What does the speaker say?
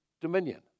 dominion